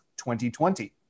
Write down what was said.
2020